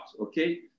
okay